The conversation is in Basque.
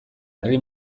herri